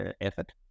effort